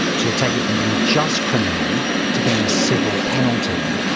to take it from being just criminal um to being a civil penalty,